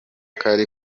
kari